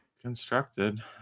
constructed